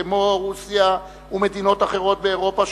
כמו רוסיה ומדינות אחרות באירופה,